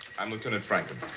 i'm lieutenant franken.